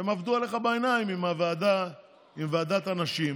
שהם עבדו עליך בעיניים עם ועדת הנשים,